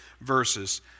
verses